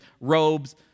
robes